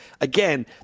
again